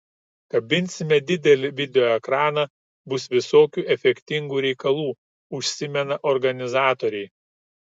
kabinsime didelį video ekraną bus visokių efektingų reikalų užsimena organizatoriai